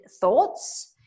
thoughts